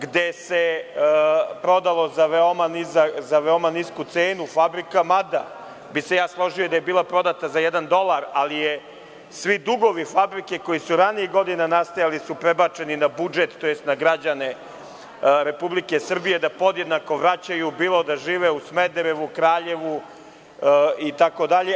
Za veoma nisku cenu prodata fabrika, mada bi se ja složio da je bila prodata za jedan dolar, ali svi dugovi fabrike koji su ranijih godina nastajali su prebačeni na budžet, tj. na građane Republike Srbije da podjednako vraćaju bilo da žive u Smederevu, Kraljevu, i td.